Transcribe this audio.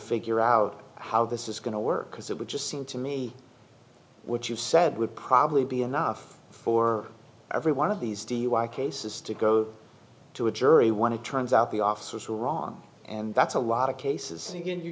figure out how this is going to work because it would just seem to me what you said would probably be enough for every one of these dui cases to go to a jury want to turns out the officers were wrong and that's a lot of cases you can you